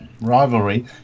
rivalry